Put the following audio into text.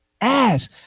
ass